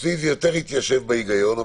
אצלי זה יותר התיישב בהיגיון.